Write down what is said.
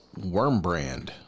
Wormbrand